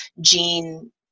gene